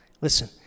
Listen